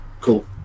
Cool